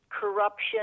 corruption